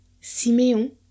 Simeon